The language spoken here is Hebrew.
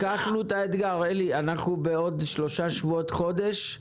לקחנו את האתגר, אלי, בעוד שלושה שבועות-חודש,